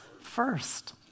first